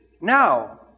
now